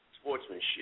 sportsmanship